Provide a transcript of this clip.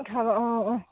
পঠাব অঁ অঁ